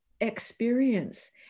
experience